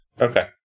Okay